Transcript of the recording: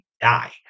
die